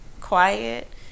quiet